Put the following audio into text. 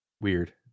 Weird